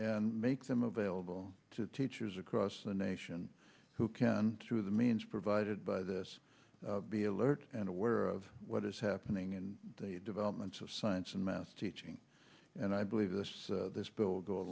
and make them available to teachers across the nation who can through the means provided by this be alert and aware of what is happening in the developments of science and mass teaching and i believe this this bill go a